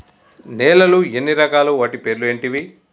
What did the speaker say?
నేలలు ఎన్ని రకాలు? వాటి పేర్లు ఏంటివి?